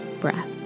breath